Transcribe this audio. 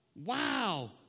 Wow